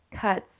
cuts